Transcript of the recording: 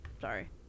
Sorry